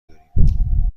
داریم